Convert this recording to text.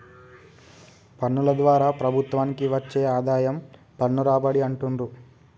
పన్నుల ద్వారా ప్రభుత్వానికి వచ్చే ఆదాయం పన్ను రాబడి అంటుండ్రు